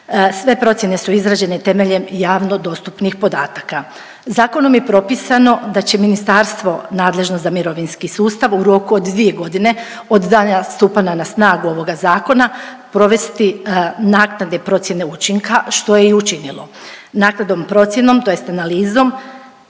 sve procjene su izrađene temeljem javno dostupnih podataka. Zakonom je propisano da će ministarstvo nadležno za mirovinski sustav u roku od dvije godine od dana stupanja na snagu ovoga zakona provesti naknadne procjene učinka što je i učinilo. Naknadnom procjenom tj. analizom